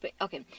okay